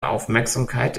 aufmerksamkeit